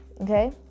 okay